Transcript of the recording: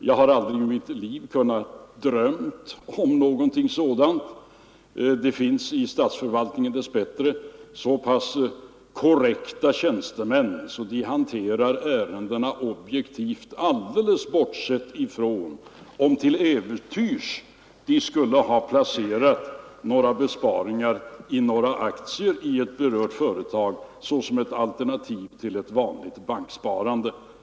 Jag har aldrig i mitt liv kunnat drömma om något sådant. Om offentlig Det finns i statsförvaltningen dess bättre så pass korrekta tjänstemän = registrering av att de handlägger ärendena objektivt alldeles bortsett från om de till — statsråds och högre äventyrs skulle ha placerat besparingar i några aktier i ett berört företag — departementstjänsåsom alternativ till ett vanligt banksparande.